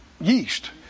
yeast